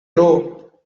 grow